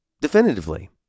definitively